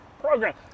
Program